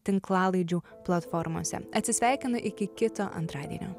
tinklalaidžių platformose atsisveikinu iki kito antradienio